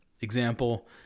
example